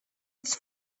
its